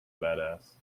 badass